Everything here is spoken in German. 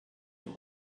wide